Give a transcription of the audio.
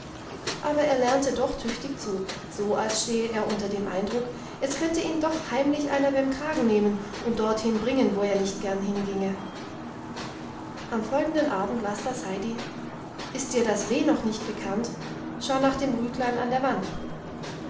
aber er lernte doch tüchtig zu so als stehe er unter dem eindruck es könnte ihn doch heimlich einer beim kragen nehmen und dorthin bringen wohin er nicht gern ginge am folgenden abend las das heidi ist dir das w noch nicht bekannt schau nach dem rütlein an der wand